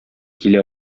килә